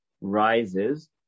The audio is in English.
rises